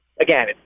Again